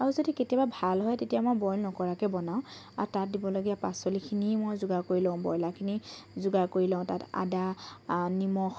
আৰু যদি কেতিয়াবা ভাল হয় তেতিয়া মই বইল নকৰাকৈ বনাও আৰু তাত দিবলগীয়া পাচলিখিনিয়েই মই যোগাৰ কৰি লওঁ ব্ৰইলাৰখিনি যোগাৰ কৰি লওঁ তাত আদা নিমখ